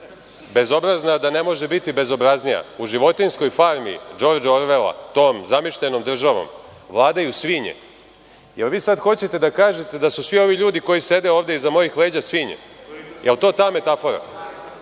bezobrazna da ne može biti bezobraznija. U „Životinjskoj farmi“ Džordža Orvela, tom zamišljenom državom vladaju svinje. Da li vi sada hoćete da kažete da su svi ovi ljudi koji sede iza mojih leđa svinje? Da li je to ta metafora?